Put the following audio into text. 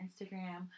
Instagram